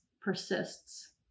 persists